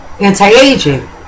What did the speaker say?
anti-aging